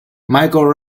michael